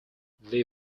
lee